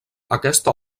aquesta